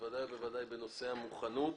בוודאי ובוודאי בנושא המוכנות.